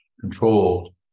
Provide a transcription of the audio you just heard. controlled